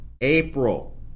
April